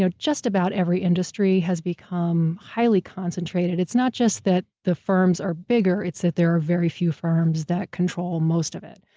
so just about every industry has become highly concentrated. it's not just that the firms are bigger, it's that there are very few firms that control most of it.